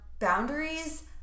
boundaries